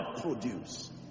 produce